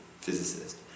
physicist